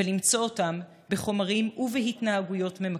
ולמצוא אותם בחומרים ובהתנהגויות ממכרים.